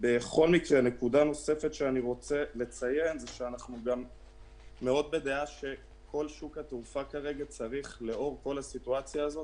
אנחנו גם מאוד בדעה שלאור כל הסיטואציה הזאת,